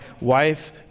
wife